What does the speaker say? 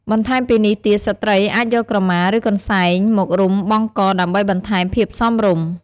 បន្ថែមពីនេះទៀតស្ត្រីអាចយកក្រមា ឬកន្សែងមករុំបង់កដើម្បីបន្ថែមភាពសមរម្យ។